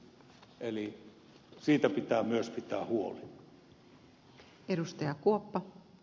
eli siitä pitää myös pitää huoli